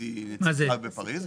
הייתי אצלך בפריז.